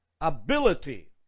ability